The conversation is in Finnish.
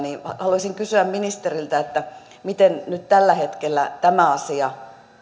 haluaisin kysyä ministeriltä miten tällä hetkellä tämä asia